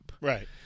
Right